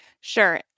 Sure